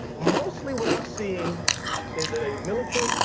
mostly what i'm seeing is a militant,